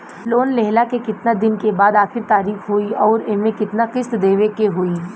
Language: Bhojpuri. लोन लेहला के कितना दिन के बाद आखिर तारीख होई अउर एमे कितना किस्त देवे के होई?